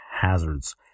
hazards